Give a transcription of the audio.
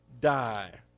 die